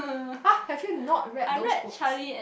!huh! have you not read those books